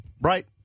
Right